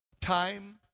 time